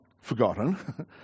forgotten